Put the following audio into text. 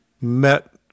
met